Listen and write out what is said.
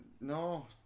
No